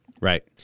Right